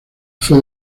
fue